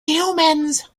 humans